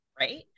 right